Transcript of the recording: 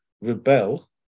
rebel